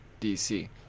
DC